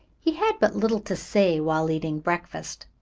he had but little to say while eating breakfast,